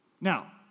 Now